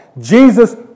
Jesus